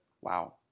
Wow